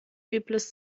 übles